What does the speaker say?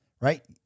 right